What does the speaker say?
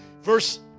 Verse